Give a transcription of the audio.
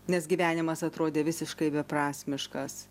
nes gyvenimas atrodė visiškai beprasmiškas